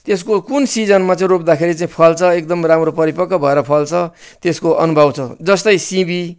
त्यसको कुन सिजनमा चाहिँ रोप्दाखेरि चाहिँ फल्छ एकदम राम्रो परिपक्क भएर फल्छ त्यसको अनुभव छ जस्तै सिमी